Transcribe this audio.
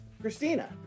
Christina